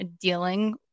dealing